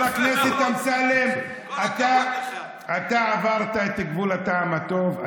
חבר הכנסת אמסלם, אתה עברת את גבול הטעם הטוב.